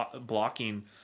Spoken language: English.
blocking